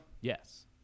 yes